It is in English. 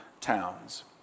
towns